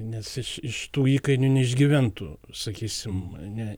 nes iš iš tų įkainių neišgyventų sakysim ne